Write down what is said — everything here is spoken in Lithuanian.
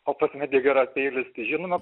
o pas mediką yra peilis tai žinoma